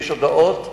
יש הודאות,